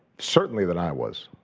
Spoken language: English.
certainly than i was.